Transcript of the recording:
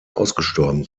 ausgestorben